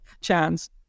chance